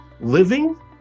living